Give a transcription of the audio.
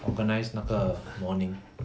organise 那个 mourning